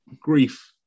grief